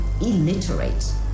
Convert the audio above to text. illiterate